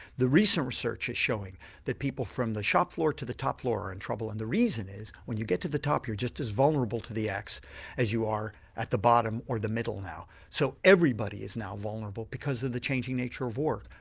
the recent research is showing that people from the shop floor to the top floor are in trouble and the reason is when you get to the top you're just as vulnerable to the axe as you are at the bottom or the middle now. so everybody is now vulnerable because of the changing nature of work.